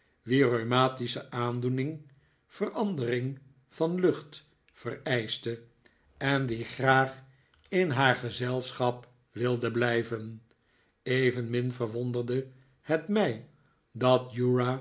wier rheumatische aandoening verandering van lucht vereischte en die graag in haar gezelschap wilde blijven evenmin verwonderde het mij dat